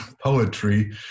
poetry